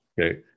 Okay